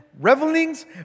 revelings